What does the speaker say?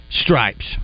Stripes